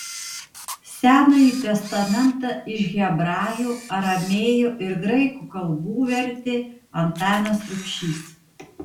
senąjį testamentą iš hebrajų aramėjų ir graikų kalbų vertė antanas rubšys